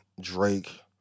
Drake